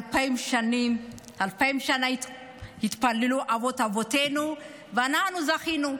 אלפיים שנה התפללו אבות-אבותינו, ואנחנו זכינו.